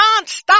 nonstop